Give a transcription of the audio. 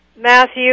Matthew